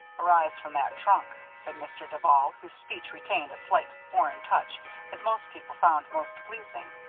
arise from that trunk, said mr. duval, whose speech retained a slight foreign touch that most people found most pleasing.